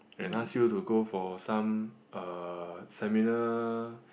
and ask you to go for some uh seminar